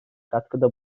katkıda